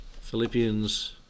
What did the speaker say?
Philippians